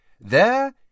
There